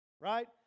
Right